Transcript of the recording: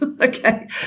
Okay